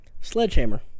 Sledgehammer